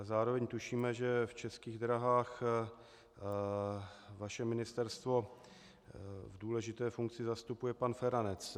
Zároveň tušíme, že v Českých dráhách vaše ministerstvo v důležité funkci zastupuje pan Feranec.